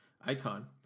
Icon